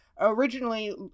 Originally